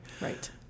Right